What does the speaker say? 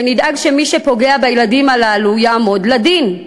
ונדאג שמי שפוגע בילדים הללו יעמוד לדין.